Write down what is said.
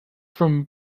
from